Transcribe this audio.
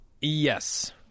Yes